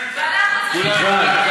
ואנחנו צריכים להחליט,